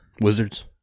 Wizards